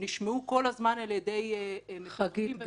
חגית,